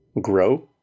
grow